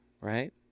Right